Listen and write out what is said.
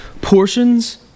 portions